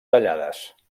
tallades